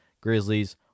Grizzlies